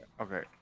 okay